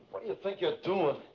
you think you're doing?